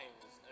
times